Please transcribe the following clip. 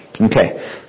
Okay